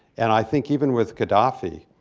and i think even with gadhafi,